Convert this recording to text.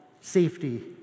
safety